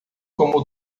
como